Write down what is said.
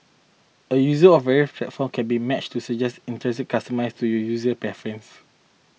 a user of various platforms can be matched to suggested itineraries customised to you user preference